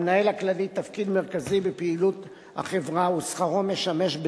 למנהל הכללי תפקיד מרכזי בפעילות החברה ושכרו משמש,